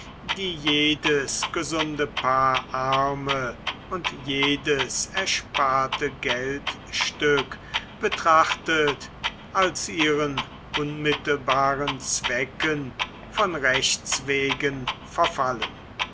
die jedes gesunde paar arme und jedes ersparte geldstück betrachtet als ihren unmittelbaren zwecken von rechts wegen verfallen